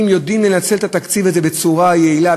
יודעים לנצל את התקציב הזה בצורה יעילה,